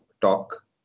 talk